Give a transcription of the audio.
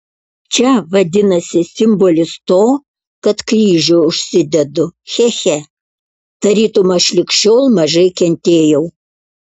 čia vadinasi simbolis to kad kryžių užsidedu che che tarytum aš lig šiol mažai kentėjau